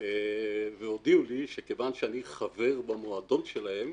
והודיעו לי שכיוון שאני חבר במועדון שלהם